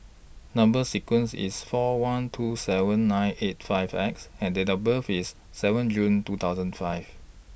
Number sequence IS four one two seven nine eight five X and Date of birth IS seven June two thousand five